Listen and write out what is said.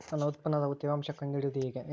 ನನ್ನ ಉತ್ಪನ್ನದ ತೇವಾಂಶ ಕಂಡು ಹಿಡಿಯುವುದು ಹೇಗೆ?